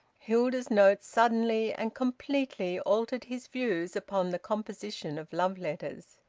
hilda's note suddenly and completely altered his views upon the composition of love-letters.